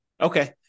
Okay